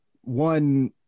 one